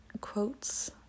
quotes